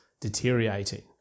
deteriorating